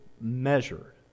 measured